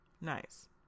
Nice